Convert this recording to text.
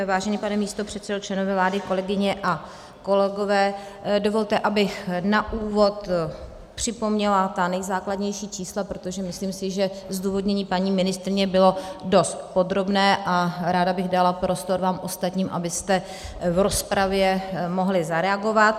Vážený pane místopředsedo, členové vlády, kolegyně a kolegové, dovolte, abych na úvod připomněla ta nejzákladnější čísla, protože myslím si, že zdůvodnění paní ministryně bylo dost podrobné, a ráda bych dala prostor vám ostatním, abyste v rozpravě mohli zareagovat.